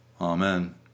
Amen